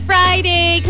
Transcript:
Friday